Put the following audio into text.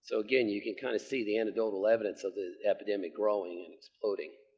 so again, you can kind of see the anecdotal evidence of the epidemic growing and exploding.